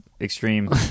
extreme